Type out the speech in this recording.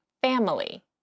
family